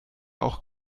auch